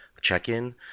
check-in